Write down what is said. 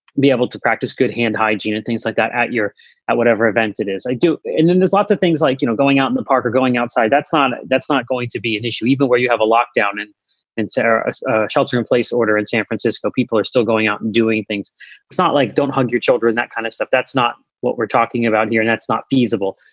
be able to practice good hand hygiene and things like that at your at whatever event it is. i do. and then there's lots of things like, you know, going out in the park or going outside, that's fine. that's not going to be an issue even where you have a lockdown. and sara shelter-in-place order in san francisco, people are still going out and doing things not like don't hug your children, that kind of stuff. that's not what we're talking about here. and that's not feasible.